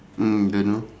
mm don't know